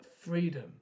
freedom